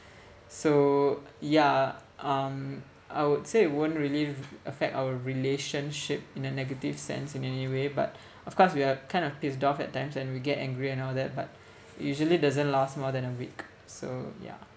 so yeah um I would say it won't really affect our relationship in a negative sense in any way but of course we are kind of pissed off at times and we get angry and all that but usually doesn't last more than a week so ya